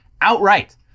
outright